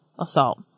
assault